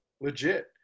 legit